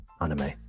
anime